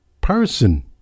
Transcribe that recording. person